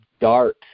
dark